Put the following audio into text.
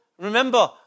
remember